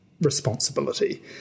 responsibility